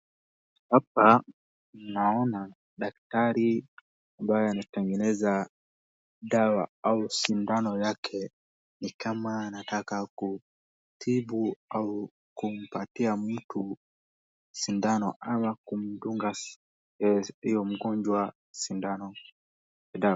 Hapa naona daktari ambaye anatengeneza dawa au sindano yake ni kama anataka kutibu au kumpatia mtu sindano ama kumdunga huyo mgonjwa sindano.